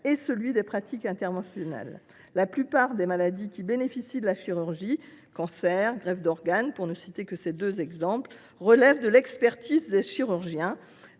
et celui des pratiques interventionnelles. La plupart des maladies qui bénéficient de la chirurgie, comme les cancers ou les greffes d’organes, pour ne citer que ces deux exemples, relèvent de l’expertise des chirurgiens,